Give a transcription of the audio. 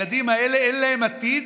אין להם עתיד,